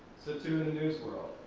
so too in the news world,